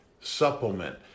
supplement